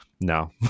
no